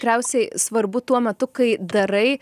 tikriausiai svarbu tuo metu kai darai